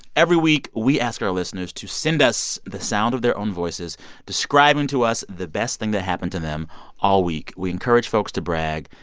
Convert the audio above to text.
every week, we ask our listeners to send us the sound of their own voices describing to us the best thing that happened to them all week. we encourage folks to brag.